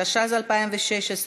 התשע"ז 2016,